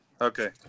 okay